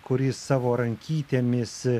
kuris savo rankytėmis